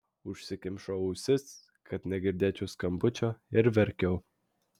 užsikimšau ausis kad negirdėčiau skambučio ir verkiau